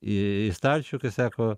į į stalčių kai sako